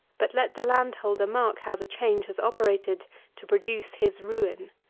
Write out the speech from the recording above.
but let the landholder mark how the change has operated to produce his ruin.